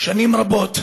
שנים רבות,